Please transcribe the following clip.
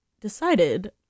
decided